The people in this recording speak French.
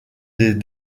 des